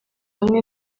hamwe